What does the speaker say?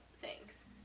Thanks